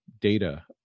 data